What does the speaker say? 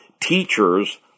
teachers